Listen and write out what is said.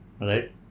right